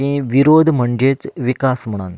की विरोध म्हणजेच विकास म्हणून